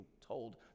told